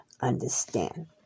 understand